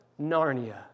Narnia